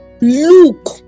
Look